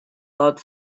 lot